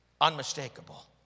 unmistakable